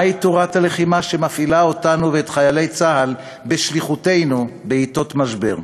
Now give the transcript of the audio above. מהי תורת הלחימה שמפעילה אותנו ואת חיילי צה"ל בשליחותנו בעתות משבר?